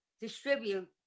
distribute